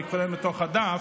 אני קורא מתוך הדף.